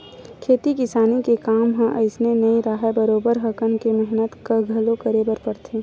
खेती किसानी के काम ह अइसने नइ राहय बरोबर हकन के मेहनत घलो करे बर परथे